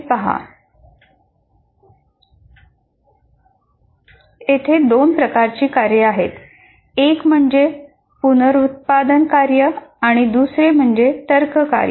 तेथे दोन प्रकारची कार्ये आहेत एक म्हणजे पुनरुत्पादन कार्य आणि दुसरे तर्क कार्य